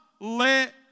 let